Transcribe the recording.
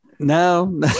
No